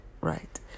right